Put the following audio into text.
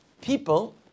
people